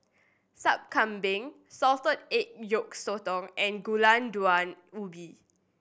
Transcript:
Sup Kambing salted egg yolk sotong and Gulai Daun Ubi